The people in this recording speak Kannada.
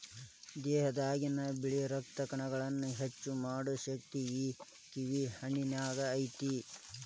ದೇಹದಾಗಿನ ಬಿಳಿ ರಕ್ತ ಕಣಗಳನ್ನಾ ಹೆಚ್ಚು ಮಾಡು ಶಕ್ತಿ ಈ ಕಿವಿ ಹಣ್ಣಿನ್ಯಾಗ ಐತಿ